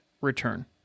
return